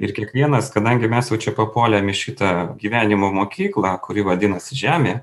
ir kiekvienas kadangi mes jau čia papuolėm į šitą gyvenimo mokyklą kuri vadinasi žemė